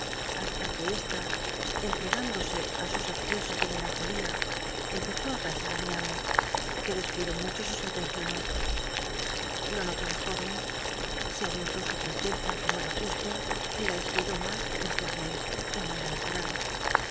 hasta que esta entreg indose i sus accesos de mejancolín empezó j c nsar í mi amo que descuidó lllucho sus atenciones lo notó la jóyen se aumen tó su ltisleza como era justo y la descuidó mas mr james como era natum